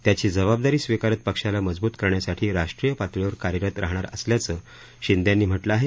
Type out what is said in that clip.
त्याची जबाबदारी स्वीकारत पक्षाला मजबृत करण्यासाठी राष्ट्रीय पातळीवर कार्यरत राहणार असल्याचं शिंदे यांनी म्हटलं आहे